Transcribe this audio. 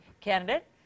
candidate